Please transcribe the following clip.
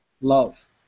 Love